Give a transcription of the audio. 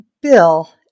Bill